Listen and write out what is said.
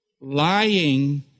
Lying